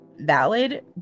valid